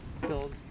build